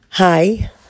Hi